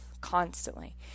constantly